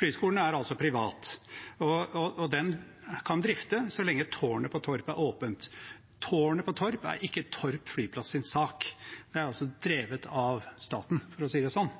Flyskolen er altså privat, og den kan drifte så lenge tårnet på Torp er åpent. Tårnet på Torp er ikke Torp flyplass sin sak, det er drevet av staten, for å si det sånn.